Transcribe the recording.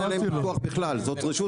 זו רשות